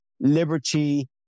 liberty